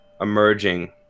emerging